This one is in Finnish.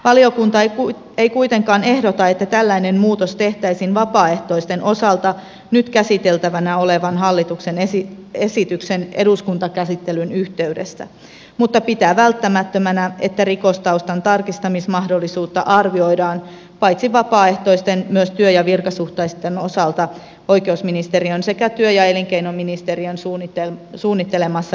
valiokunta ei kuitenkaan ehdota että tällainen muutos tehtäisiin vapaaehtoisten osalta nyt käsiteltävänä olevan hallituksen esityksen eduskuntakäsittelyn yhteydessä mutta pitää välttämättömänä että rikostaustan tarkistamismahdollisuutta arvioidaan paitsi vapaaehtoisten myös työ ja virkasuhteisten osalta oikeusministeriön sekä työ ja elinkeinoministeriön suunnittelemassa jatkovalmistelussa